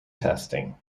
testing